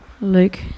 Luke